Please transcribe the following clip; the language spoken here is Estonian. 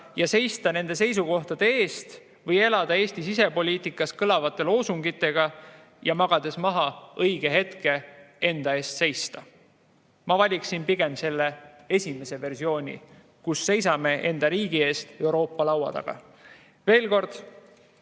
ja seista nende seisukohtade eest või elada Eesti sisepoliitikas kõlavate loosungitega ja magada maha õige hetke enda eest seista. Ma valiksin pigem selle esimese versiooni, kus seisame enda riigi eest Euroopa laua taga. Veel kord: